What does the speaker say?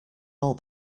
all